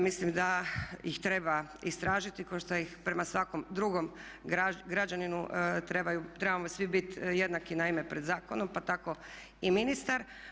Mislim da ih treba istražiti kao što ih prema svakom drugom građaninu, trebamo svi biti jednaki naime pred zakonom pa tako i ministar.